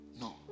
No